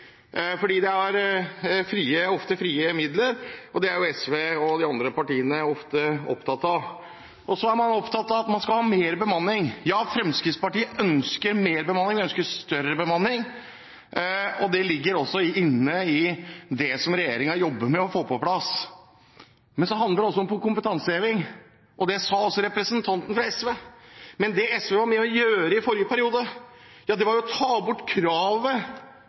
fordi det ofte er frie midler, og det er jo SV og de andre partiene ofte opptatt av. Så er man opptatt av at man skal ha mer bemanning. Ja, Fremskrittspartiet ønsker mer bemanning, vi ønsker større bemanning, og det ligger også inne i det som regjeringen jobber med å få på plass. Men det handler også om kompetanseheving. Det sa også representanten fra SV, men det SV var med på å gjøre i forrige periode, var å ta bort kravet